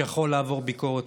שיכול לעבור ביקורת.